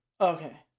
Okay